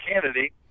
Kennedy